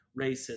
racism